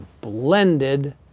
blended